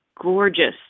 gorgeous